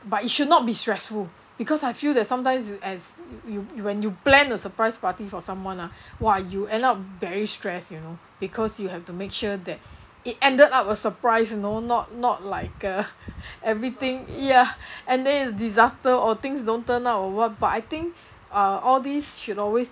but it should not be stressful because I feel that sometimes as you you when you plan a surprise party for someone ah !wah! you end up very stress you know because you have to make sure that it ended up a surprise you know not not like a everything ya and then disaster or things don't turn out or [what] but I think uh all these should always